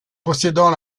possédant